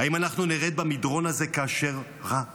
האם אנחנו נרד במדרון הזה, כאשר רע ורע?